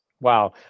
Wow